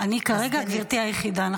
אני כרגע גברתי היחידה.